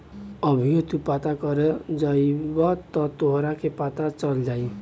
अभीओ तू पता करे जइब त तोहरा के पता चल जाई